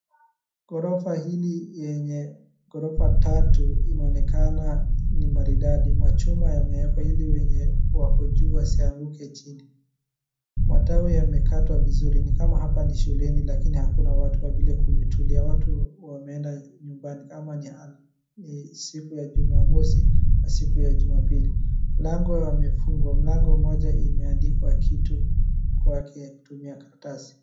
Ghorofa hili lenye ghorofa tatu inaonekana ni maridadi, machuma yameekwa ili wenye wako juu wasianguke chini, matawi yamekatwa vizuri. Ni kama hapa ni shuleni lakini hakuna watu kwa vile kumetulia. Watu wameenda nyumbani ama ni siku ya jumamosi au siku ya jumapili. Milango imefungwa, mlango mmoja umeandikwa kitu kwake kutumia karatasi.